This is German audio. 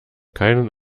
keinen